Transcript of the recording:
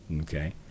Okay